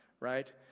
Right